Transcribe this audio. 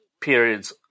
periods